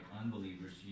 unbelievers